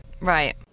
Right